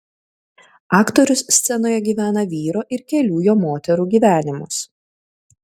aktorius scenoje gyvena vyro ir kelių jo moterų gyvenimus